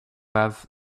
have